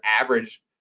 average